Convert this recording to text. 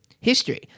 history